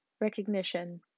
recognition